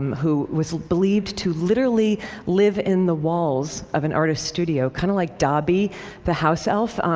who was believed to literally live in the walls of an artist's studio, kind of like dobby the house elf,